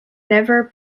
never